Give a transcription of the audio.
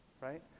right